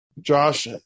Josh